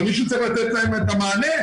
אבל מישהו צריך לתת להם את המענה,